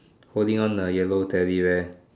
holding on a yellow teddy bear